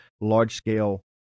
large-scale